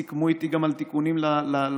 סיכמו איתי גם על תיקונים לתקנות,